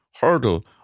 hurdle